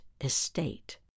estate